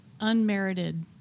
unmerited